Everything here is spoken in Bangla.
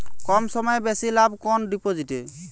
কম সময়ে বেশি লাভ কোন ডিপোজিটে?